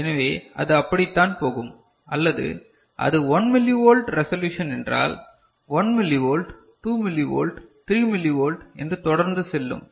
எனவே அது அப்படித்தான் போகும் அல்லது அது 1 மில்லிவோல்ட் ரெசல்யூசன் என்றால் 1 மில்லிவோல்ட் 2 மில்லிவோல்ட் 3 மில்லிவோல்ட் என்று தொடர்ந்து செல்லும்